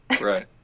right